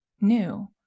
new